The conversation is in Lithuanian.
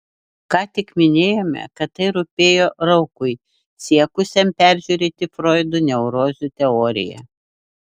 ką tik minėjome kad tai rūpėjo raukui siekusiam peržiūrėti froido neurozių teoriją